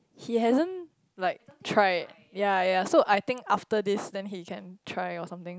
he hasn't like tried yea yea so I think after this then he can try or something